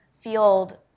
field